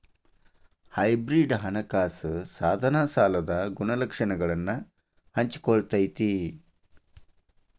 hybrid ಹಣಕಾಸ ಸಾಧನ ಸಾಲದ ಗುಣಲಕ್ಷಣಗಳನ್ನ ಹಂಚಿಕೊಳ್ಳತೈತಿ